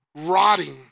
rotting